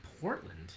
Portland